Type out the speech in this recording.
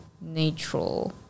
natural